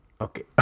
Okay